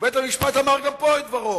בית-המשפט אמר גם פה את דברו.